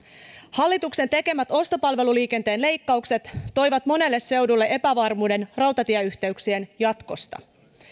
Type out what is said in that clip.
hallituksen tekemät ostopalveluliikenteen leikkaukset toivat monelle seudulle epävarmuuden rautatieyhteyksien jatkosta